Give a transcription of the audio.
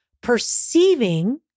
perceiving